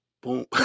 Boom